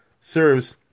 serves